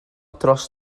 dros